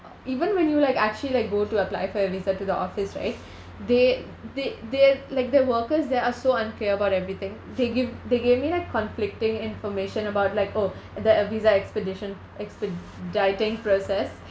even when you like actually like go to apply for your visa to the office right they they they like the workers there are so unclear about everything they give they gave me like conflicting information about like oh the visa expedition expediting process